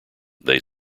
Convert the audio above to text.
they